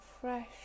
fresh